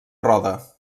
roda